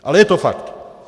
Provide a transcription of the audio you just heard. Ale je to fakt.